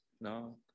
no